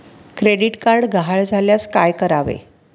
Credit card गहाळ झाल्यास काय करावे?